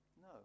No